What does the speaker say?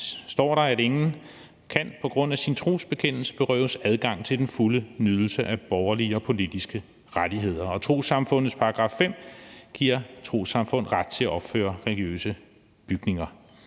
står der, at ingen på grund af sin trosbekendelse kan berøves adgang til den fulde nydelse af borgerlige og politiske rettigheder. Og trossamfundslovens § 5 giver trossamfund ret til at opføre religiøse bygninger.